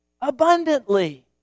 abundantly